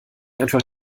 einfach